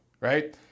right